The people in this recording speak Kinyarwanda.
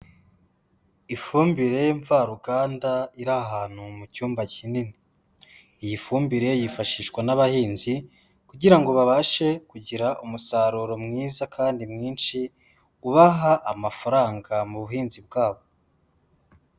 Ifumbire mvaruganda iri ahantu mu cyumba kinini. Iyi fumbire yifashishwa n'abahinzi, kugira ngo babashe kugira umusaruro mwiza kandi mwinshi, ubaha amafaranga mu buhinzi bwabo.